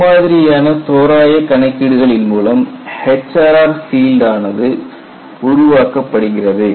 இம்மாதிரியான தோராய கணக்கீடுகளின் மூலம் HRR பீல்டானது உருவாக்கப்படுகிறது